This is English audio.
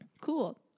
cool